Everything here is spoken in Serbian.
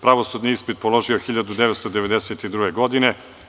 Pravosudni ispit položio je 1992. godine.